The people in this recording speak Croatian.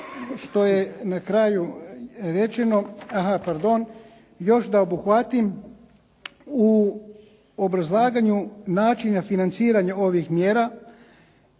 što je na kraju rečeno, aha pardon, još da obuhvatim, u obrazlaganju načina financiranja ovih mjera